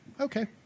Okay